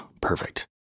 Perfect